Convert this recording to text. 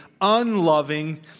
unloving